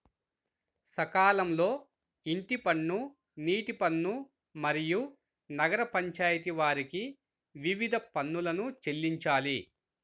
సకాలంలో ఇంటి పన్ను, నీటి పన్ను, మరియు నగర పంచాయితి వారి వివిధ పన్నులను చెల్లించాలి